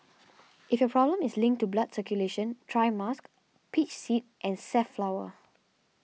if your problem is linked to blood circulation try musk peach seed and safflower